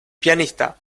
pianista